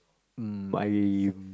mm I'm